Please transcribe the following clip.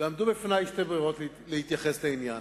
עמדו בפני שתי ברירות להתייחס לעניין,